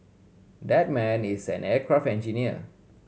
that man is an aircraft engineer